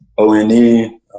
O-N-E